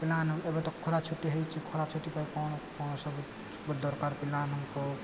ପିଲା ଏବେ ତ ଖରାଛୁଟି ହେଇଛି ଖରା ଛୁଟି ପାଇ କ'ଣ କ'ଣ ସବୁ ଦରକାର ପିଲାମାନଙ୍କ